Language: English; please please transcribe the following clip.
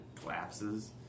collapses